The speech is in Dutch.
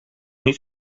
niet